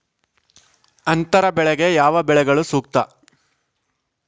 ಅಂತರ ಬೆಳೆಗೆ ಯಾವ ಬೆಳೆಗಳು ಸೂಕ್ತ?